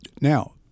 Now